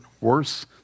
worse